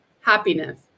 happiness